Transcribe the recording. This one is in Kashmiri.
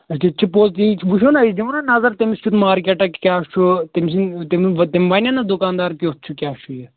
یِتہٕ چھُ پوٚز تی بہٕ چھُس نا أسۍ دِمو نا نظر تٔمِس کیُتھ مارکیٹاہ کیٛاہ چھُ تٔمۍ سٕنٛدۍ تِم تِم وَنَن نا دُکانٛدار کیُتھ چھُ کیٛاہ چھُ یہِ